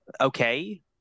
okay